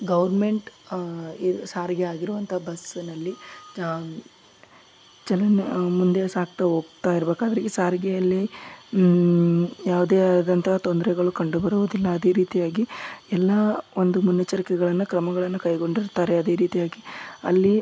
government ಇದು ಸಾರಿಗೆ ಆಗಿರುವಂಥ ಬಸ್ನಲ್ಲಿ ಚಲನೆ ಮುಂದೆ ಸಾಗ್ತಾ ಹೋಗ್ತ ಇರ್ಬೇಕಾದರೆ ಈ ಸಾರಿಗೆಯಲ್ಲಿ ಯಾವುದೇ ಆದಂಥ ತೊಂದರೆಗಳು ಕಂಡು ಬರುವುದಿಲ್ಲ ಅದೇ ರೀತಿಯಾಗಿ ಎಲ್ಲ ಒಂದು ಮುನ್ನೆಚ್ಚರಿಕೆಗಳನ್ನು ಕ್ರಮಗಳನ್ನು ಕೈಗೊಂಡಿರ್ತಾರೆ ಅದೇ ರೀತಿಯಾಗಿ ಅಲ್ಲಿ